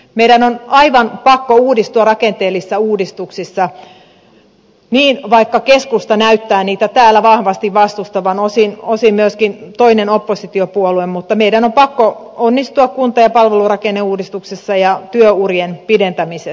meidän on aivan pakko uudistua rakenteellisissa uudistuksissa vaikka keskusta näyttää niitä täällä vahvasti vastustavan osin myöskin toinen oppositiopuolue mutta meidän on pakko onnistua kunta ja palvelurakenneuudistuksessa ja työurien pidentämisessä